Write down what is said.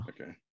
Okay